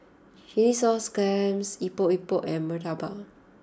Chilli Sauce Clams Epok Epok and Murtabak